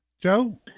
Joe